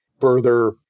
further